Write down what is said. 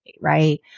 Right